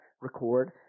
record